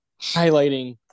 highlighting